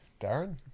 Darren